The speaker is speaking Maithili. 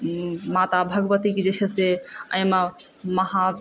माता भगवतीके जे छै से एहिमे महा